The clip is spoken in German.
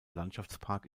landschaftspark